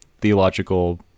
theological